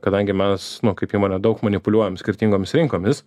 kadangi mes nu kaip įmonė daug manipuliuojam skirtingomis rinkomis